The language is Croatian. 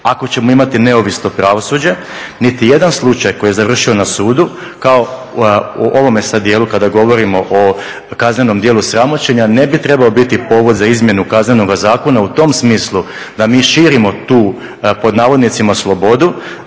Ako ćemo imati neovisno pravosuđe niti jedan slučaj koji je završio na sudu, kao u ovome sad dijelu kada govorimo o kaznenom djelu sramoćenja, ne bi trebao biti povod za izmjenu Kaznenog zakona u tom smislu da mi širimo tu "slobodu"